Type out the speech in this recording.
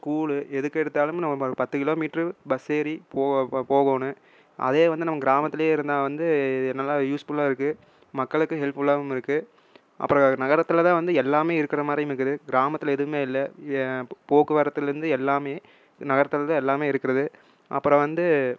school எதுக்கெடுத்தாலும் நம்ம பத்து கிலோமீட்டரு பஸ்ஸு ஏறி போகணும் அதே வந்து நம்ம கிராமத்துலேயே இருந்தால் வந்து நல்லா யூஸ்புல்லாக இருக்கும் மக்களுக்கும் ஹெல்ப்புல்லாகவும் இருக்கும் அப்புறம் நகரத்தில்தான் வந்து எல்லாமே இருக்கிற மாதிரி இருக்குது கிராமத்தில் எதுவுமே இல்லை போக்குவரத்தில் இருந்து எல்லாமே நகரத்தில்தான் எல்லாமே இருக்கிறது அப்புறம் வந்து